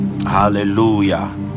hallelujah